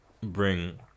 bring